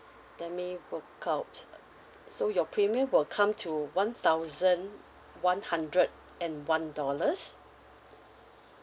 let me work out so your premium will come to one thousand one hundred and one dollars